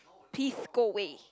please go away